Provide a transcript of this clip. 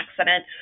accident